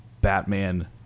Batman